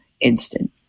instant